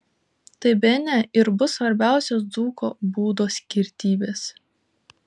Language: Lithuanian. tai bene ir bus svarbiausios dzūko būdo skirtybės